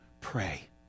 pray